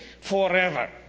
forever